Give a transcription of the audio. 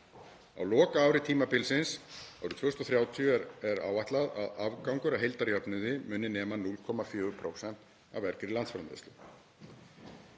Á lokaári tímabilsins, árið 2030, er áætlað að afgangur af heildarjöfnuði muni nema 0,4% af vergri landsframleiðslu.